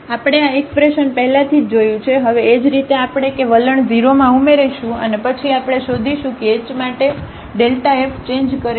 તેથી આપણે આ એક્સપ્રેશન પહેલાથી જ જોયું છે હવે એ જ રીતે આપણે કે વલણ 0 માં ઉમેરીશું અને પછી આપણે શોધીશું કે h માટે Δfચેન્જ કરે છે